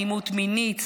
אלימות מינית,